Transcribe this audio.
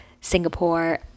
Singapore